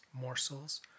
Morsels